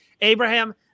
Abraham